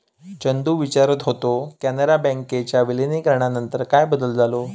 चंदू विचारत होतो, कॅनरा बँकेच्या विलीनीकरणानंतर काय बदल झालो?